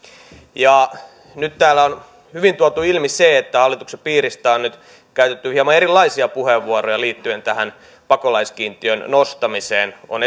nyt täällä on hyvin tuotu ilmi se että hallituksen piiristä on nyt käytetty hieman erilaisia puheenvuoroja liittyen tähän pakolaiskiintiön nostamiseen on